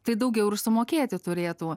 tai daugiau ir sumokėti turėtų